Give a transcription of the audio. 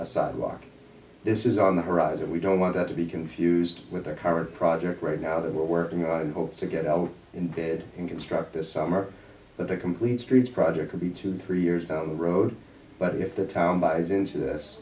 a sidewalk this is on the horizon we don't want that to be confused with our current project right now that we're working i hope to get out in bed in construct this summer but the complete streets project could be two three years down the road but if the town buys into this